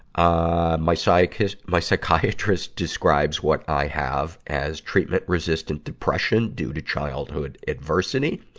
ah, my psychist, my psychiatrist describes what i have as treatment-resistant depression due to childhood adversity.